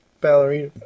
ballerina